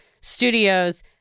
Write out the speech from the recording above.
studios